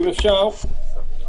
אם אפשר,